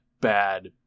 bad